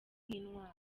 nk’intwari